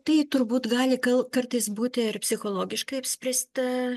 tai turbūt gali kal kartais būti ar psichologiškai apspręsta